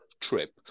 trip